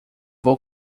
vou